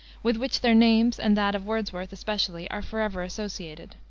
with which their names, and that of wordsworth, especially, are forever associated.